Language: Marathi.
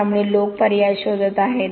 त्यामुळे लोक पर्याय शोधत आहेत